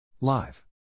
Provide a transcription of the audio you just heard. Live